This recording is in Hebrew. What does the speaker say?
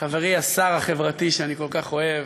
חברי השר החברתי שאני כל כך אוהב,